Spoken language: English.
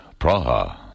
Praha